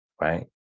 right